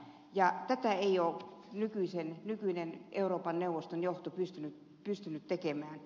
ja tätä ei ole nykyinen euroopan neuvoston johto pystynyt tekemään